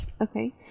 Okay